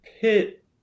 pit